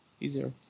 easier